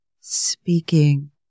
speaking